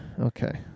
Okay